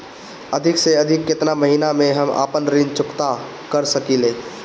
अधिक से अधिक केतना महीना में हम आपन ऋण चुकता कर सकी ले?